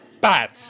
bad